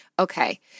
Okay